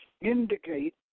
indicate